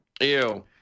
Ew